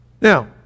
Now